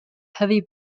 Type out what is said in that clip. heavy